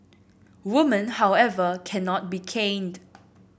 woman however cannot be caned